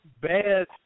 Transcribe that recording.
bad